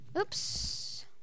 Oops